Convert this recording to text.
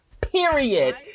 period